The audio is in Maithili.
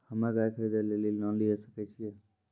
हम्मे गाय खरीदे लेली लोन लिये सकय छियै?